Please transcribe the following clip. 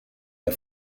per